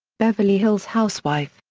beverly hills housewife,